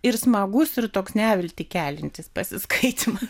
ir smagus ir toks neviltį keliantis pasiskaitymas